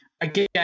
again